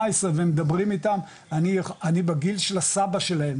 ומדברים איתם אני בגיל של הסבא שלהם,